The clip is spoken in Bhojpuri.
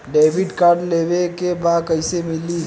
डेबिट कार्ड लेवे के बा कईसे मिली?